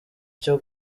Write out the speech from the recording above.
cyo